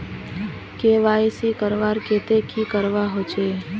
KYC करवार केते की करवा होचए?